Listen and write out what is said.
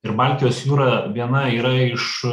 ir baltijos jūra viena yra iš